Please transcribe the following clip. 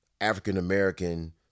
African-American